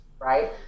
right